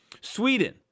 Sweden